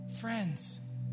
Friends